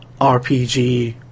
RPG